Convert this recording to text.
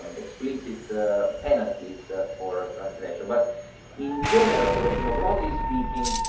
um explicit penalties for ah transgression. but in general, sort of you know broadly speaking,